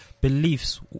beliefs